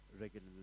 regularly